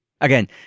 Again